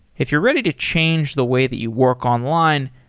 if you're ready to change the way that you work online,